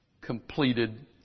completed